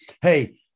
hey